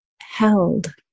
held